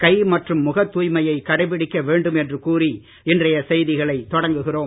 கை மற்றும் முகத் தூய்மையை கடைபிடிக்க வேண்டும் என்று கூறி இன்றைய செய்திகளை தொடங்குகிறோம்